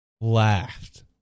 laughed